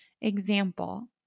example